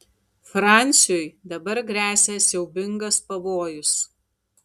fransiui dabar gresia siaubingas pavojus